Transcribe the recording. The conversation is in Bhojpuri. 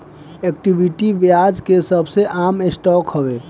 इक्विटी, ब्याज के सबसे आम स्टॉक हवे